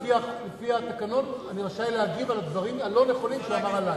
ולפי התקנון אני רשאי להגיב על הדברים הלא-נכונים שהוא אמר עלי.